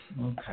Okay